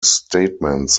statements